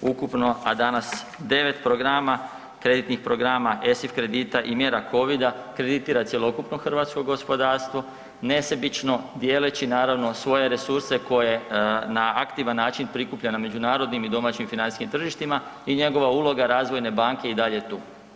ukupno, a danas 9 kreditnih programa ESIF kredita i mjera covida kreditira cjelokupno hrvatsko gospodarstvo nesebično dijeleći naravno svoje resurse koje na aktivan način prikuplja na međunarodnim i domaćim financijskim tržištima i njegova uloga razvojne banke i dalje je tu.